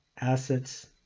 assets